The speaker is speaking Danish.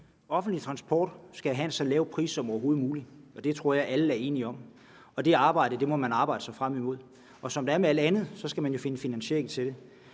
Offentlig transport skal have en så lav pris som overhovedet muligt, og det tror jeg at alle er enige om, og det må man arbejde sig frem imod. Men som det er med alt andet, skal man jo finde finansiering til det,